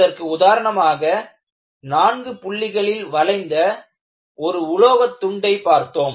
அதற்கு உதாரணமாக நான்கு புள்ளிகளில் வளைந்த ஒரு உலோக துண்டை பார்த்தோம்